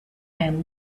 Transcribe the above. and